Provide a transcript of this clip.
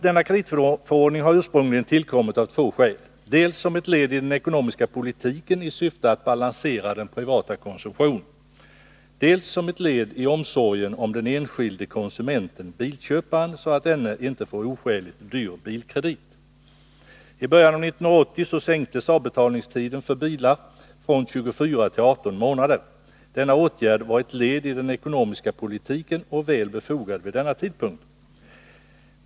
Denna kreditförordning har ursprungligen tillkommit av två skäl — dels som ett led i den ekonomiska politiken i syfte att balansera den privata konsumtionen, dels som ett led i omsorgen om den enskilde konsumentenbilköparen, så att denne inte får oskäligt dyr bilkredit. I början av 1980 sänktes avbetalningstiden för bilar från 24 till 18 månader. Denna åtgärd var ett led i den ekonomiska politiken och väl befogad vid denna tidpunkt.